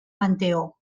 panteó